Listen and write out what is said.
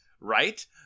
Right